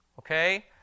okay